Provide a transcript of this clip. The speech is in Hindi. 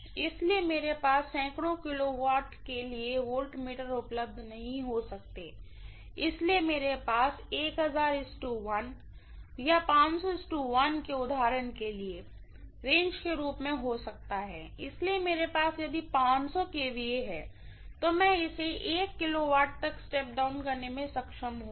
इसलिए मेरे पास सैकड़ों किलोवॉट के लिए वोल्ट्मीटर उपलब्ध नहीं हो सकते हैं इसलिए मेरे पास या उदाहरण के लिए रेंज के रूप में हो सकता है इसलिए मेरे पास यदि kV है तो मैं इसे kV तक स्टेप डाउन करने में सक्षम होउंगी